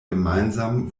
gemeinsam